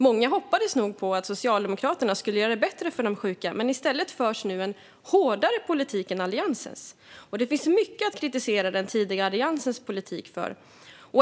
Många hoppades nog på att Socialdemokraterna skulle göra det bättre för de sjuka, men i stället förs nu en hårdare politik än Alliansens. Det finns mycket att kritisera den tidigare Alliansens politik för.